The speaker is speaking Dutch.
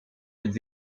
het